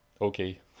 okay